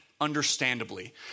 understandably